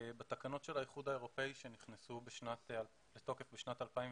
בתקנות של האיחוד האירופאי שנכנסו לתוקף בשנת 2020,